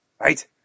right